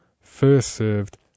first-served